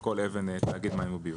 כל אבן תאגיד מים וביוב.